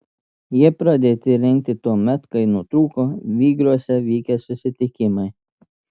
jie pradėti rengti tuomet kai nutrūko vygriuose vykę susitikimai